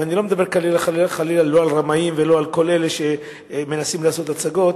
ואני לא מדבר כאן חלילה לא על רמאים ולא על כל אלה שמנסים לעשות הצגות,